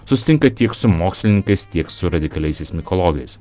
susitinka tiek su mokslininkais tiek su radikaliaisiais mikologais